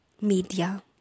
media